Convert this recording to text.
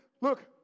Look